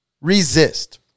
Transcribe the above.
resist